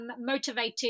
motivated